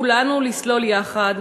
כולנו, לסלול יחד.